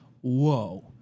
Whoa